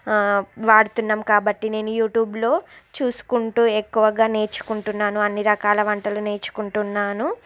వాడుతున్నాం కాబట్టి నేను యూట్యూబ్లో చూసుకుంటూ ఎక్కువగా నేర్చుకుంటున్నాను అన్ని రకాల వంటలు నేర్చుకుంటున్నాను